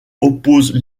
opposent